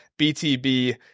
BTB